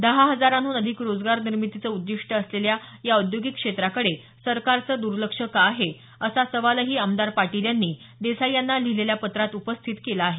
दहा हजारांहून अधिक रोजगार निर्मितीचं उद्दीष्ट असलेल्या या औद्योगिक क्षेत्राकडे सरकारचं दुर्लक्ष का आहे असा सवालही आमदार पाटील यांनी देसाई यांना लिहिलेल्या पत्रात उपस्थित केला आहे